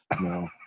No